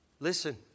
Listen